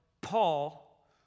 Paul